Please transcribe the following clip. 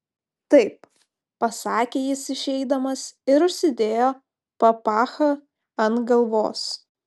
taip pasakė jis išeidamas ir užsidėjo papachą ant galvos